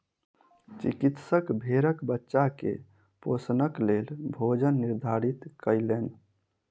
चिकित्सक भेड़क बच्चा के पोषणक लेल भोजन निर्धारित कयलैन